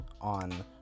on